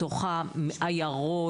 בתוך העיירות,